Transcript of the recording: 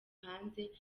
hanze